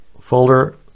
folder